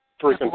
Three